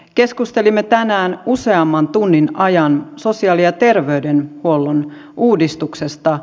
keskustelimme tänään useamman tunnin ajan sosiaali ja terveydenhuollon uudistuksesta